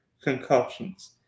concussions